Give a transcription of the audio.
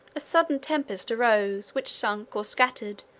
a sudden tempest arose, which sunk, or scattered,